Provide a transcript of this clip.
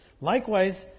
Likewise